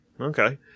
Okay